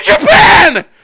Japan